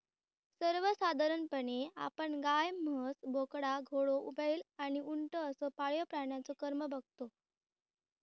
सर्वसाधारणपणे आपण गाय, म्हस, बोकडा, घोडो, बैल आणि उंट असो पाळीव प्राण्यांचो क्रम बगतो